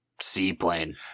seaplane